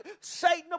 Satan